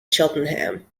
cheltenham